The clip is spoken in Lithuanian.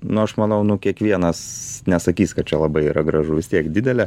nu aš manau nu kiekvienas nesakys kad čia labai yra gražu vis tiek didelė